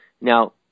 Now